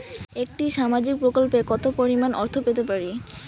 একটি সামাজিক প্রকল্পে কতো পরিমাণ অর্থ পেতে পারি?